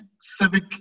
civic